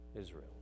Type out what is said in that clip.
Israel